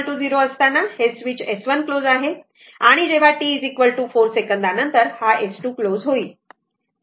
तर t 0 असताना हे स्वीच S1 क्लोज आहे बरोबर आणि जेव्हा t 4 सेकंदानंतर हा S2 क्लोज होईल बरोबर